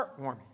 heartwarming